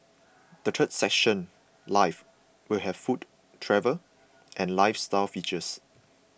the third section life will have food travel and lifestyle features